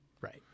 right